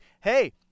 hey